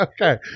okay